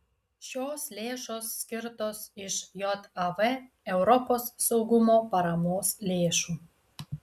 šios lėšos skirtos iš jav europos saugumo paramos lėšų